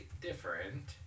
different